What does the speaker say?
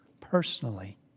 personally